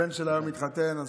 הבן שלה מתחתן היום,